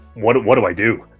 what do what do i do?